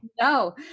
No